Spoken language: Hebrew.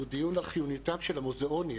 הוא דיון על חיוניותם של המוזיאונים